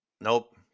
Nope